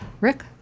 Rick